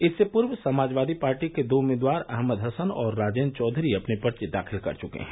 इससे पूर्व समाजवादी पार्टी के दो उम्मीदवार अहमद हसन और राजेन्द्र चौधरी अपने पर्चे दाखिल कर चुके हैं